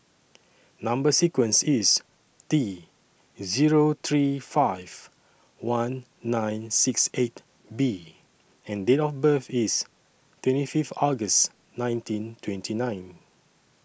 Number sequence IS T Zero three five one nine six eight B and Date of birth IS twenty Fifth August nineteen twenty nine